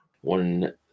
one